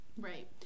Right